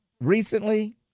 Recently